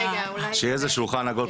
שיהיה איזה שולחן עגול,